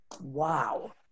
Wow